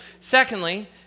Secondly